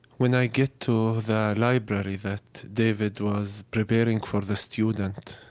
when i get to the library that david was preparing for the student,